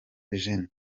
gen